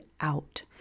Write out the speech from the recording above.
out